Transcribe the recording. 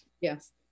yes